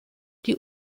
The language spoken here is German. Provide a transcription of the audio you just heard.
die